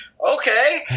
okay